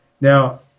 Now